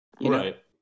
right